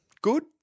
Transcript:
Good